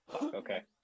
Okay